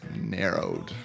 narrowed